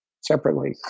separately